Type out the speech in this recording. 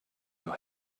your